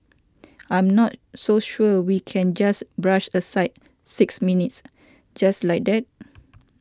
I'm not so sure we can just brush aside six minutes just like that